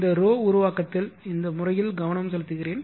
இந்த ρ உருவாக்கத்தில் இந்த முறையில் கவனம் செலுத்துகிறேன்